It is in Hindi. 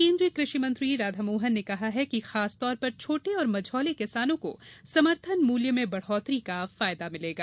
वहीं केन्द्रीय कृषि मंत्री राधामोहन ने कहा है कि खासतौर पर छोटे और मझोले किसानों को समर्थन मूल्य में बढ़ोतरी का फायदा मिलेगा